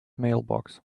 mailbox